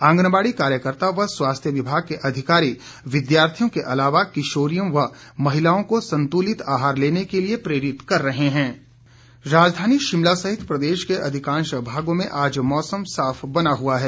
आंगनबाड़ी कार्यकर्ता व स्वास्थ्य विभाग के अधिकारी विद्यार्थियों के अलावा किशोरियों व महिलाओं को संतुलित आहार लेने के लिये प्रेरित कर रहे हैं मौसम राजधानी शिमला सहित प्रदेश के अधिकांश भागों में आज मौसम साफ बना हुआ है